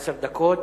עשר דקות,